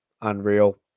unreal